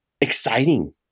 Exciting